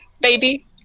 Baby